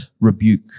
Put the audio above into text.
rebuke